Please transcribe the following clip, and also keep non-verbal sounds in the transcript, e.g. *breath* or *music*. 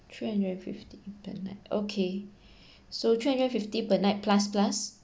three hundred and fifty per night okay *breath* so three hundred and fifty per night plus plus